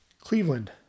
Cleveland